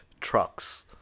trucks